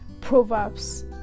proverbs